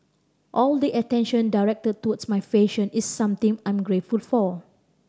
all the attention directed towards my fashion is something I'm grateful for